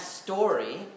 story